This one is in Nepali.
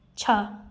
छ